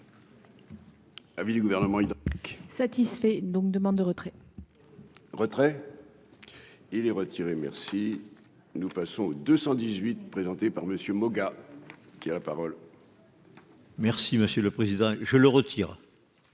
Ah, du gouvernement, il satisfait donc demande de retrait. Retrait il est retiré, merci, nous passons au 218 présentée par Messieurs Moga, qui a la parole. Merci monsieur le président, je le retire.